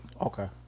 Okay